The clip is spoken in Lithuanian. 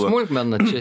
smulkmena čia